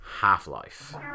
Half-Life